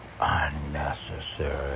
unnecessary